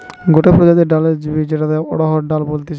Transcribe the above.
গটে প্রজাতির ডালের বীজ যেটাকে অড়হর ডাল বলতিছে